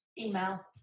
email